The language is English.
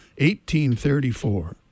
1834